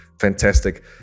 fantastic